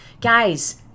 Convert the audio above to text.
guys